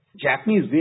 Japanese